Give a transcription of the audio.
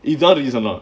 his other use or not